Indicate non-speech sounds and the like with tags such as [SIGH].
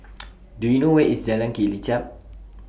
[NOISE] Do YOU know Where IS Jalan Kelichap